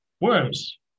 worms